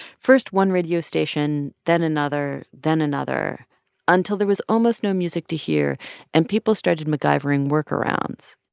first one radio station, then another, then another until there was almost no music to hear, and people started macgyvering workarounds.